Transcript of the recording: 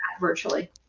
virtually